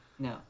No